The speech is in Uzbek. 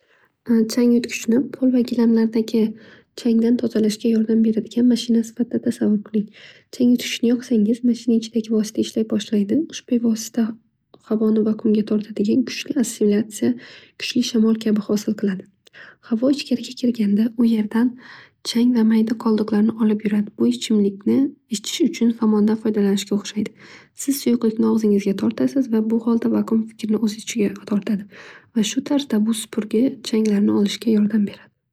Chang yutgichni pol va gilamlardagi changdan tozalashga yordam beradigan mashina sifatida tasavvur qiling. Changyutgichni yoqsangiz uning ichidagi vosita ishlay boshlaydi ushbu vosita havni vakuumga tortadigan kuchli assimilyatsiya kuchli shamol kabi hosil qiladi. Havo ichkariga kirganda u yerdan chang va mayda qoldiqlarni olib yuradi. Bu ichimlikni ichish uchun somondan foydalanishga o'xhsaydi. Siz suyuqlikni og'zingizga tortasiz va vakuum kirni o'z ichiga oladi va shu tarzda bu supurgi changlarni olishga yordam beradi.